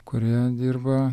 kurie dirba